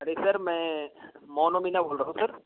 अरे सर मैं मोनू मीना बोल रहा हूँ सर